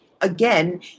Again